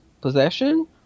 possession